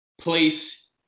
place